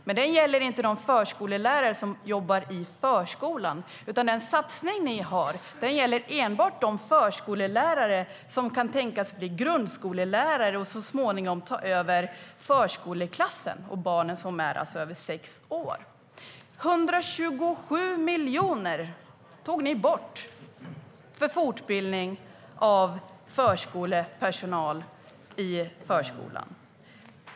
Men den gäller inte de förskollärare som jobbar i förskolan, utan den satsning ni har gäller enbart de förskollärare som kan tänkas bli grundskollärare och så småningom ta över förskoleklassen och barnen som är över sex år. Ni tog bort 127 miljoner för fortbildning av förskolepersonal i förskolan.